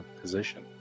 position